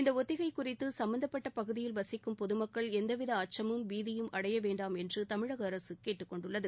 இந்த ஒத்திகை குறித்து சும்பந்தப்பட்ட பகுதியில் வசிக்கும் பொதுமக்கள் எந்தவித அச்சமும் பீதியும் அடைய வேண்டாம் என்று தமிழக அரசு கேட்டுக்கொண்டுள்ளது